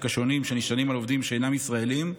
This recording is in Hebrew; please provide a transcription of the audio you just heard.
השונים שנשענים על עובדים שאינם ישראלים סיעוד,